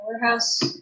warehouse